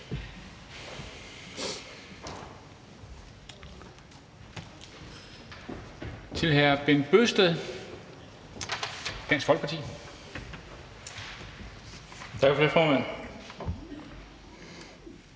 Tak for det, formand.